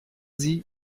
sie